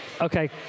okay